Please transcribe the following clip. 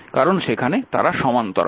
কারণ সেখানে তারা সমান্তরাল